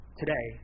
today